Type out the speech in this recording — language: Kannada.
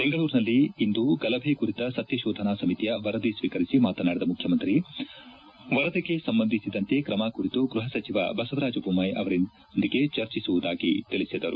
ಬೆಂಗಳೂರಿನಲ್ಲಿಂದು ಗಲಭೆ ಕುರಿತ ಸತ್ಯ ಶೋಧನಾ ಸಮಿತಿಯ ವರದಿ ಸ್ವೀಕರಿಸಿ ಮಾತನಾಡಿದ ಮುಖ್ಯಮಂತ್ರಿ ವರದಿಗೆ ಸಂಬಂಧಿಸಿದಂತೆ ಕ್ರಮ ಕುರಿತು ಗೃಪ ಸಚಿವ ಬಸವರಾಜ ಬೊಮ್ಮಾಯಿ ಅವರೊಂದಿಗೆ ಚರ್ಚಿಸುವುದಾಗಿ ಹೇಳಿದರು